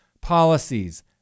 policies